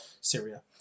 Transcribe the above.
Syria